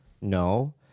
No